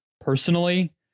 personally